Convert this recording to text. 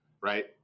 right